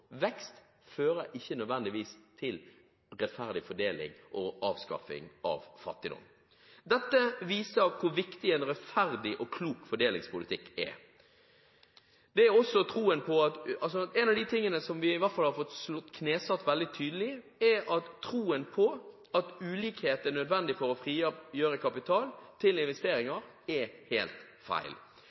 vekst i tiåret etter 1997. Med andre ord: Vekst fører ikke nødvendigvis til en rettferdig fordeling og avskaffing av fattigdom. Dette viser hvor viktig en rettferdig og klok fordelingspolitikk er. En av de tingene som vi i hvert fall har fått knesatt veldig tydelig, er at det at ulikhet er nødvendig for å frigjøre kapital til investeringer, er helt feil.